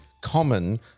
common